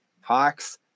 Hawks